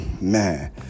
man